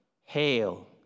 Hail